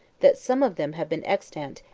that some of them have been extant,